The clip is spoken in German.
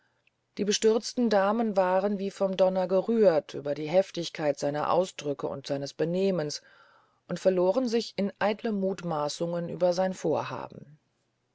die bestürzten damen waren wie vom donner gerührt über die heftigkeit seiner ausdrücke und seines benehmens und verloren sich in eitle muthmassungen über sein vorhaben